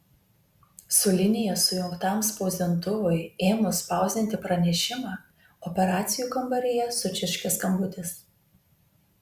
su linija sujungtam spausdintuvui ėmus spausdinti pranešimą operacijų kambaryje sučirškė skambutis